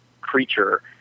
creature